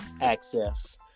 access